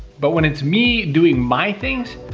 but when it's me doing my things,